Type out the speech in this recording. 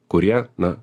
kurie na